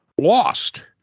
lost